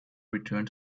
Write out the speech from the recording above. returned